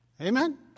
Amen